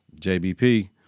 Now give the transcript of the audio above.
JBP